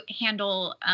handle